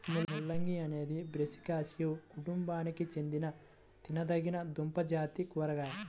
ముల్లంగి అనేది బ్రాసికాసియే కుటుంబానికి చెందిన తినదగిన దుంపజాతి కూరగాయ